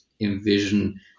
envision